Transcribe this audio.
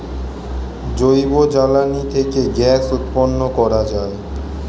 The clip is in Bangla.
জৈব জ্বালানি থেকে গ্যাস উৎপন্ন করা যায়